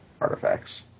artifacts